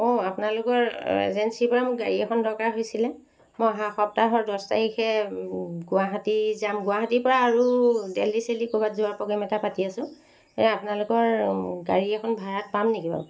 অঁ আপোনালোকৰ এজেঞ্চিৰ পৰা মোক গাড়ী এখন দৰকাৰ হৈছিলে মই অহা সপ্তাহৰ দহ তাৰিখে গুৱাহাটী যাম গুৱাহাটীৰ পৰা আৰু দেলহি চেলহি ক'ৰবাত যোৱা প্ৰগেম এটা পাতি আছোঁ এই আপোনালোকৰ গাড়ী এখন ভাড়াত পাম নেকি বাৰু